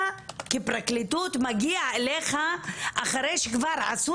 אתה כפרקליטות מגיע אליך אחרי שכבר עשו